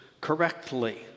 correctly